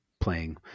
playing